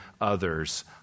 others